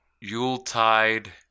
Yuletide